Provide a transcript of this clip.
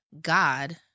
God